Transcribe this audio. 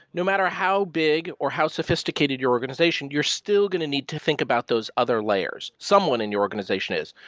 no matter how big or how sophisticated your organization, you're still going to need to think about those other layers. someone in your organization is.